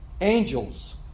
Angels